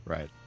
Right